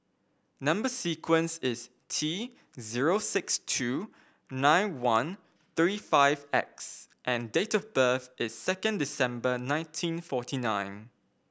number sequence is T zero six two nine one three five X and date of birth is second December nineteen forty nine